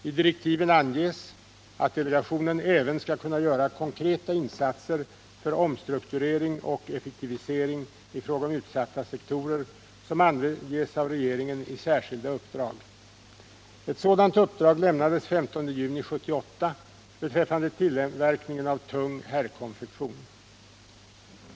I direktiven anges att delegationen även skall kunna göra konkreta insatser för omstrukturering och effektivisering i fråga om utsatta sektorer, som anges av regeringen i särskilda uppdrag. Ett sådant uppdrag lämnades den 15 juni 1978 beträffande tillverkningen av tung herrkonfektion.